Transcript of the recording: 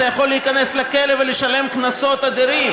אתה יכול להיכנס לכלא ולשלם קנסות אדירים.